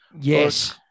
yes